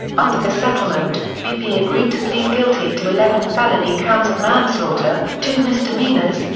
under the settlement, bp agreed to plead guilty to eleven felony counts of manslaughter, two misdemeanors,